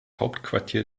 hauptquartier